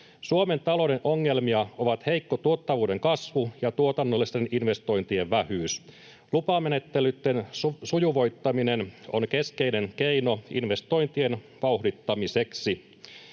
Suomen talouden ongelmia ovat heikko tuottavuuden kasvu ja tuotannollisten investointien vähyys. Lupamenettelyitten sujuvoittaminen on keskeinen keino investointien vauhdittamiseksi.